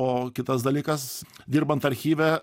o kitas dalykas dirbant archyve